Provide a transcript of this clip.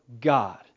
God